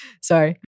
sorry